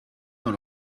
dans